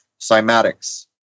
cymatics